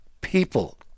people